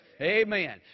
Amen